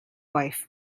wife